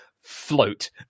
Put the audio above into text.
float